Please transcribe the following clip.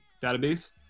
database